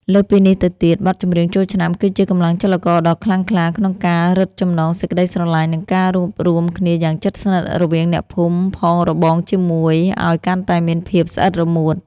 លើសពីនេះទៅទៀត បទចម្រៀងចូលឆ្នាំគឺជាកម្លាំងចលករដ៏ខ្លាំងក្លាក្នុងការរឹតចំណងសេចក្តីស្រឡាញ់ និងការរួបរួមគ្នាយ៉ាងជិតស្និទ្ធរវាងអ្នកភូមិផងរបងជាមួយឱ្យកាន់តែមានភាពស្អិតរមួត។